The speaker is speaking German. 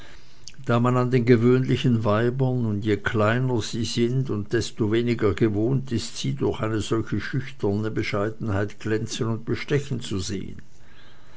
da man an den gewöhnlichen weibern und je kleinlicher sie sind desto weniger gewohnt ist sie durch solche schüchterne bescheidenheit glänzen und bestechen zu sehen